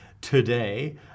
today